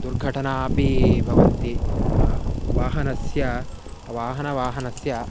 दुर्घटनापि भवन्ति वाहनस्य वाहनस्य वाहनस्य